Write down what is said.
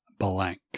Blank